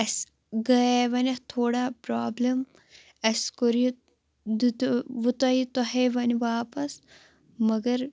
اَسہِ گٔے وۄنۍ اَتھ تھوڑا پرابلِم اسہِ کوٚر یہِ دیُتوٕ تۄہہِ تۄہے وۄنۍ واپَس مگر